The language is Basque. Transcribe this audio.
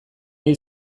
hil